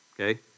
okay